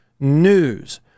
News